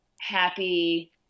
happy